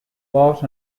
bought